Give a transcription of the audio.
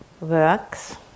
works